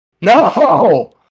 No